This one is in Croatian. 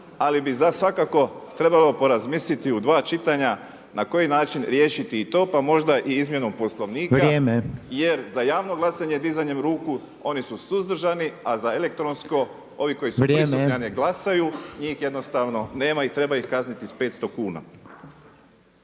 ali bi svakako trebalo porazmisliti u dva čitanja na koji način riješiti i to pa možda i izmjenom Poslovnika. …/Upadica Reiner: Vrijeme./… Jer za javno glasanje dizanjem ruku oni su suzdržani, a za elektronsko ovi koji su prisutni a ne glasaju njih jednostavno nema i treba ih kazniti s 500 kuna.